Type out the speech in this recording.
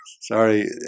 Sorry